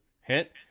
hit